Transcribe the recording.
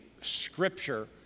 scripture